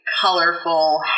colorful